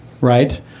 right